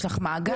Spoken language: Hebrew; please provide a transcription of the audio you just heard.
יש לך מאגר?